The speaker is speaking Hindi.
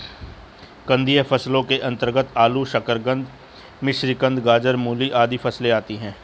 कंदीय फसलों के अंतर्गत आलू, शकरकंद, मिश्रीकंद, गाजर, मूली आदि फसलें आती हैं